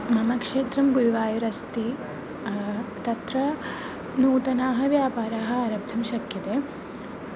मम क्षेत्रं गुरुवायुर् अस्ति तत्र नूतनाः व्यापाराः आरब्धुं शक्यन्ते